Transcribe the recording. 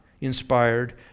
inspired